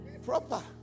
Proper